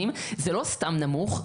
זה לא סתם נמוך,